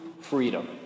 freedom